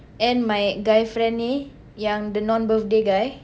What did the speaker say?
and my guy friend ni yang the non-birthday guy